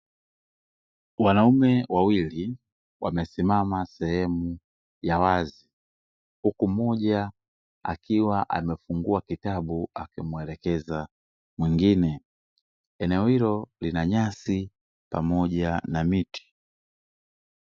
Wanaume wawili wamesimama sehemu ya wazi huku mmoja akiwa amefungua kitabu akimwelekeza mwingine eneo hilo lina nyasi pamoja na miti.